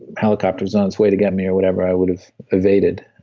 helicopter's on its way to get me or whatever i would have evaded,